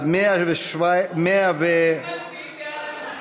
אם מצביעים בעד,